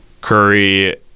Curry